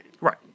Right